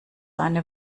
eine